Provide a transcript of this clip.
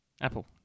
Apple